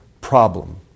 problem